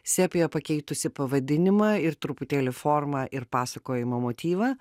sepija pakeitusi pavadinimą ir truputėlį formą ir pasakojimo motyvą